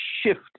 shift